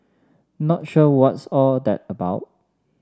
not sure what's all that about